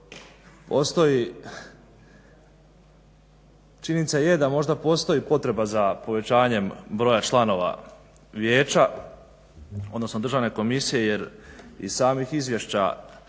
činjenica je da možda postoji potreba za povećanjem broja članova vijeća, odnosno Državne komisije je iz samih izvješća